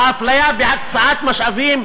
האפליה בהקצאת משאבים,